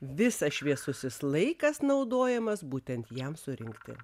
visą šviesusis laikas naudojamas būtent jam surinkti